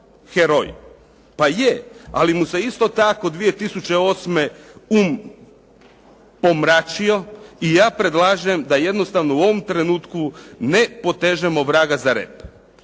Pa je, ali mu se isto tako 2008. um pomračio i ja predlažem da jednostavno u ovom trenutku ne potežemo vraga za rep.